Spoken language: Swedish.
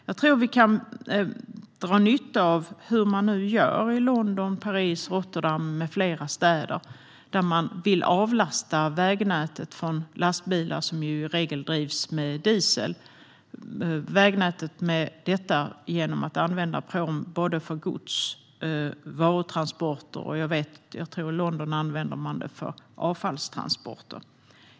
Jag tror att vi kan dra nytta av att se hur man gör i London, Paris, Rotterdam med flera städer där man vill avlasta vägnätet från lastbilar, som ju i regel drivs med diesel, genom att använda pråm för gods och varutransporter. I London tror jag även att man använder det för avfallstransporter.